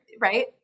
right